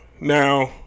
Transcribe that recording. Now